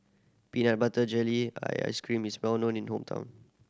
peanut butter jelly ice cream is well known in hometown